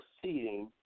proceeding